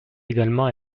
également